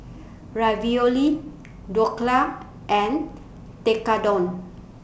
Ravioli Dhokla and Tekkadon